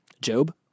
Job